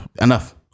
Enough